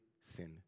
sin